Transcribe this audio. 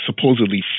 supposedly